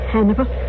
Hannibal